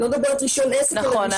נכון.